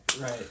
Right